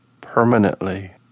Permanently